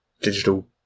digital